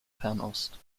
fernost